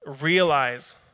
realize